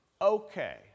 okay